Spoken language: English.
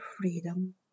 freedom